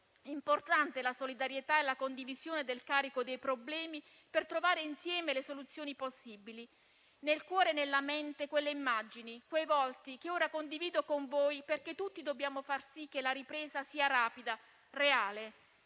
importanti la solidarietà e la condivisione del carico dei problemi per trovare insieme le soluzioni possibili. Nel cuore e nella mente ho quelle immagini, quei volti che ora condivido con voi, perché tutti dobbiamo far sì che la ripresa sia rapida e reale.